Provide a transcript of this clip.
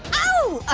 oh!